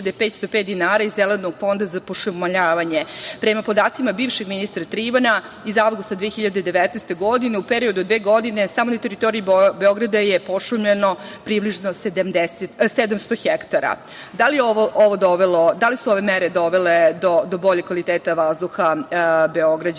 505 dinara iz zelenog fonda za pošumljavanje. Prema podacima bivšeg ministra Trivana iz avgusta 2019. godine u periodu od dve godine samo na teritoriji Beograda je pošumljeno približno 700 hektara. Da li su ove mere dovele do boljeg kvaliteta vazduha Beograđana?